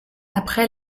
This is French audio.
après